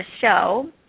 show